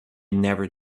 never